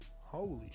Holy